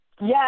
Yes